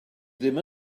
ddim